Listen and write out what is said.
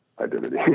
identity